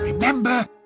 Remember